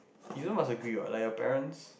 you know must agree what like your parents